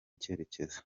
icyerekezo